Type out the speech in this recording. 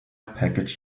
package